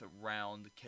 round